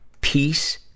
peace